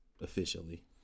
officially